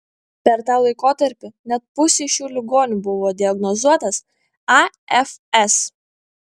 per tą laikotarpį net pusei šių ligonių buvo diagnozuotas afs